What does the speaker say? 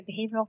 behavioral